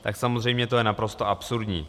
Tak samozřejmě to je naprosto absurdní.